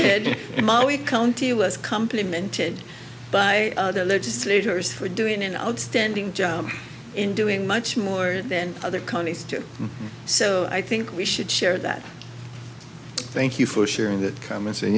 said ma we county was complemented by other legislators who are doing an outstanding job in doing much more than other counties too so i think we should share that thank you for sharing that comments and